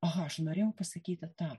aha aš norėjau pasakyti tą